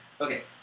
Okay